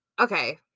okay